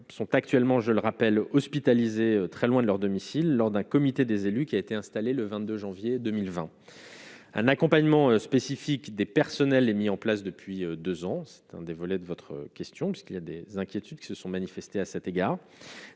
sont actuellement, je le rappelle, hospitalisé, très loin de leur domicile lors d'un comité des élus qui a été installé le 22 janvier 2020, un accompagnement spécifique des personnels et mis en place depuis 2 ans, c'est un des volets de votre question parce qu'il y a des inquiétudes qui se sont manifestés à cet égard,